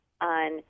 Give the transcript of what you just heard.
on